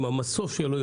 עם המסוף שלו,